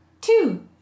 two